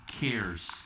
cares